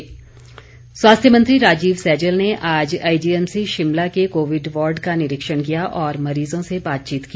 राजीव सैजल स्वास्थ्य मंत्री राजीव सैजल ने आज आईजीएमसी शिमला के कोविड वॉर्ड का निरीक्षण किया और मरीजों से बातचीत की